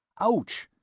ouch!